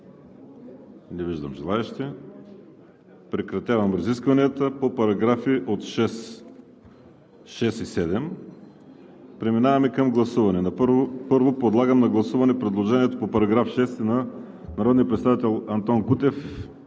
Не виждам желаещи. Прекратявам разискванията по параграфи 6 и 7. Преминаваме към гласуване. Първо подлагам на гласуване предложението по § 6 на народния